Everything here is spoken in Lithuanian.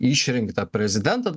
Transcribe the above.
išrinktą prezidentą